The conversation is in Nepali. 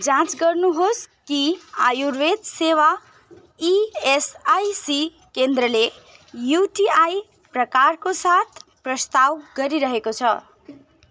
जाँच गर्नुहोस् कि आयुर्वेद सेवा इएसआइसी केन्द्रले युटिआई प्रकारको साथ प्रस्ताव गरिरहेको छ